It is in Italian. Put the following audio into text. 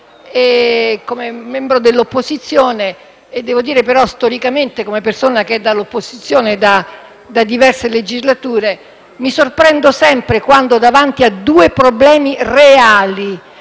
come membro dell'opposizione. Devo dire che storicamente, come persona che è all'opposizione da diverse legislature, mi sorprendo sempre davanti a due problemi reali